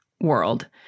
world